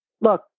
look